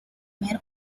were